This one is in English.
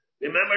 Remember